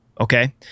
okay